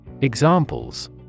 Examples